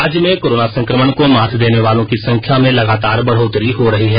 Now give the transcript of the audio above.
राज्य में कोरोना संक्रमण को मात देने वालों की संख्या में लगातार बढ़ोतरी हो रही है